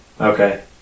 Okay